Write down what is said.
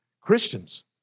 Christians